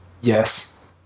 Yes